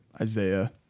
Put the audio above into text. Isaiah